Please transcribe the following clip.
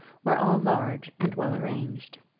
were all large and well-arranged.